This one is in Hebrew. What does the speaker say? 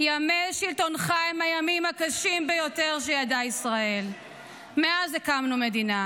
ימי שלטונך הם הימים הקשים ביותר שידעה ישראל מאז הקמנו מדינה,